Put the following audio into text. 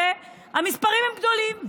והמספרים גדולים,